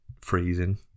freezing